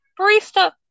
Barista